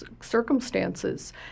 circumstances